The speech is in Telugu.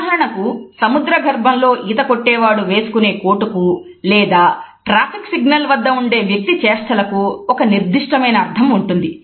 ఉదాహరణకు సముద్రగర్భంలో ఈతకొట్టేవాడు వేసుకునే కోటు కు లేదా ట్రాఫిక్ సిగ్నల్ వద్ద ఉండే వ్యక్తి చేష్టలకు ఒక నిర్దిష్టమైన అర్థం ఉంటుంది